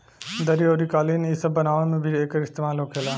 दरी अउरी कालीन इ सब बनावे मे भी एकर इस्तेमाल होखेला